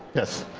yes.